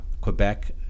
Quebec